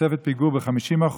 בתוספת פיגורים ב-50%.